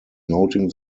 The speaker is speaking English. noting